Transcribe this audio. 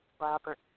Robert